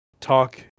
talk